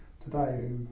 today